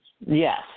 Yes